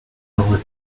over